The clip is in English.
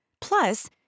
Plus